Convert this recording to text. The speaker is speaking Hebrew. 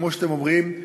כמו שאתם רואים,